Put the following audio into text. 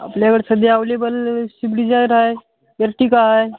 आपल्याकडे सध्या अवलेबल शिप डिझायर आहे एर्टिका आहे